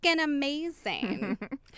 amazing